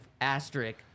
asterisk